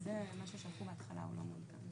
אחרי ההגדרה בקשה, יבוא: